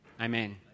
amen